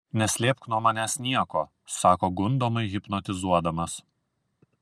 neslėpk nuo manęs nieko sako gundomai hipnotizuodamas